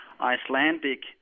Icelandic